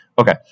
Okay